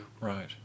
Right